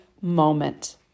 moment